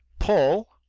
paul,